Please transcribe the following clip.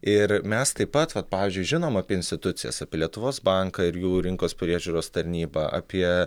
ir mes taip pat vat pavyzdžiui žinom apie institucijas apie lietuvos banką ir jų rinkos priežiūros tarnybą apie